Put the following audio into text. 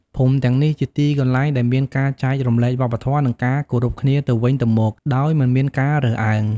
ភូមិទាំងនេះជាទីកន្លែងដែលមានការចែករំលែកវប្បធម៌ និងការគោរពគ្នាទៅវិញទៅមកដោយមិនមានការរើសអើង។